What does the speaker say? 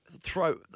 throw